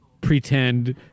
pretend